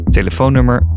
Telefoonnummer